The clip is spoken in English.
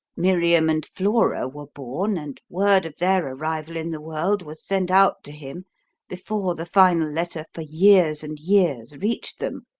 miriam and flora were born, and word of their arrival in the world was sent out to him before the final letter for years and years reached them.